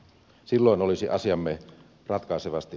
silloin olisi asiamme ratkaisevasti